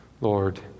Lord